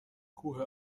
کوه